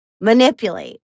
manipulate